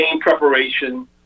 preparation